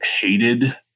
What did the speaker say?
hated